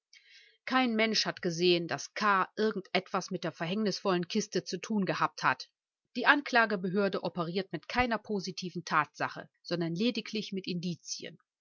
kein mensch hat gesehen daß k irgend etwas mit der verhängnisvollen kiste zu tun gehabt hat die anklagebehörde operiert mit keiner positiven tatsache sondern lediglich mit